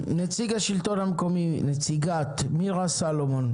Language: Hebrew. נציגת השלטון המקומי, מירה סלומון,